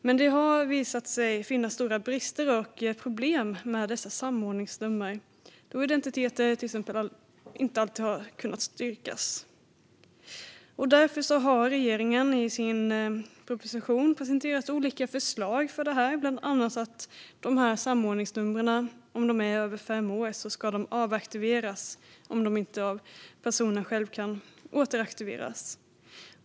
Men det har visat sig finnas stora brister och problem med dessa samordningsnummer, då identiteten inte alltid har kunnat styrkas. Därför har regeringen i sin proposition presenterat olika förslag, bland annat att ett samordningsnummer som är över fem år ska avaktiveras om det inte av personen själv kan återaktiveras.